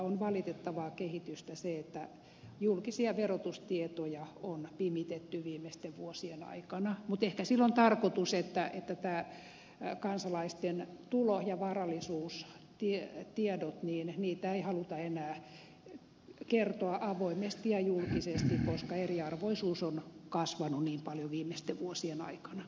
on valitettavaa kehitystä se että julkisia verotustietoja on pimitetty viimeisten vuosien aikana mutta ehkä sillä on tarkoitus että kansalaisten tulo ja varallisuustietoja ei haluta enää kertoa avoimesti ja julkisesti koska eriarvoisuus on kasvanut niin paljon viimeisten vuosien aikana